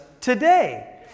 today